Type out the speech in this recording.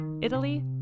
Italy